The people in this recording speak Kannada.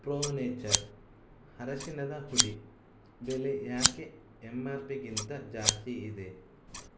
ಪ್ರೋ ನೇಚರ್ ಅರಶಿನದ ಪುಡಿ ಬೆಲೆ ಯಾಕೆ ಎಂ ಆರ್ ಪಿಗಿಂತ ಜಾಸ್ತಿ ಇದೆ